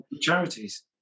charities